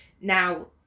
now